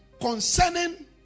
concerning